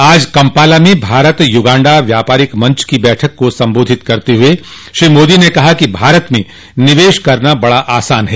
आज कम्पाला में भारत युगांडा व्यापारिक मंच की बैठक को संबोधित करते हुए श्री मोदी ने कहा कि भारत में निवेश करना बड़ा आसान है